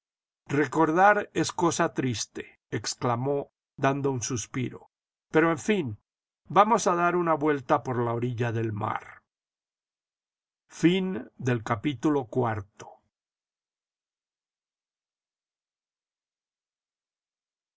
recordar es cosa triste exclamó dando un suspiro pero en fin vamos a dar una vuelta por la orilla del mar